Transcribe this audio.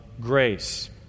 grace